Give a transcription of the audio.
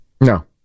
No